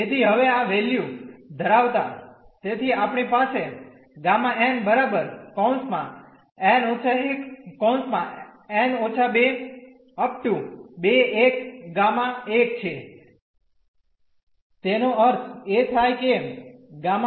તેથી હવે આ વેલ્યુ ધરાવતાં તેથી આપણી પાસે Γ n − 1 n − 2 ⋯ Γ છે તેનો અર્થ એ થાય કે Γ n−1